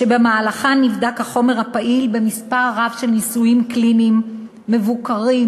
שבמהלכן נבדק החומר הפעיל במספר רב של ניסויים קליניים מבוקרים,